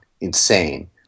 insane